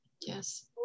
Yes